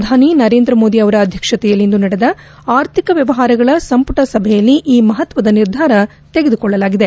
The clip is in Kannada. ಪ್ರಧಾನಿ ನರೇಂದ್ರ ಮೋದಿ ಅವರ ಅಧ್ಯಕ್ಷತೆಯಲ್ಲಿಂದು ನಡೆದ ಆರ್ಥಿಕ ವ್ವವಹಾರಗಳ ಸಂಪುಟ ಸಭೆಯಲ್ಲಿ ಈ ಮಹತ್ವದ ನಿರ್ಧಾರ ತೆಗೆದುಕೊಳ್ಳಲಾಗಿದೆ